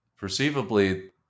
perceivably